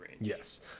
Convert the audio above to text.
Yes